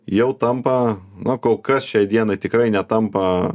jau tampa na kol kas šiai dienai tikrai netampa